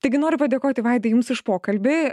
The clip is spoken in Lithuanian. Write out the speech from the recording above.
taigi noriu padėkoti vaidai jums už pokalbį